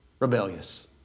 Rebellious